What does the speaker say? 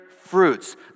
fruits